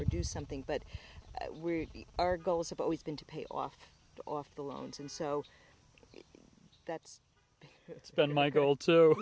or do something but we are goals have always been to pay off off the loans and so that's it's been my goal to